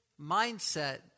mindset